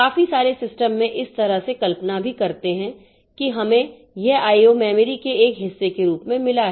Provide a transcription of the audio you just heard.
काफी सारे सिस्टम में इस तरह से कल्पना भी करते हैं कि हमें यह आईओ मेमोरी के एक हिस्से के रूप में मिला है